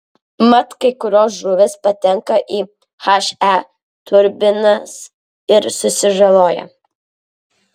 mat kai kurios žuvys patenka į he turbinas ir susižaloja